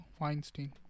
Weinstein